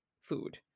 food